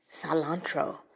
Cilantro